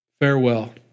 Farewell